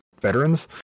veterans